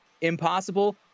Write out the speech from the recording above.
Impossible